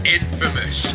infamous